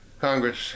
Congress